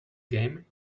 game